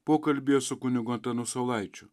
pokalbyje su kunigu antanu saulaičiu